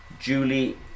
Julie